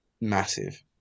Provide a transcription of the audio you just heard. massive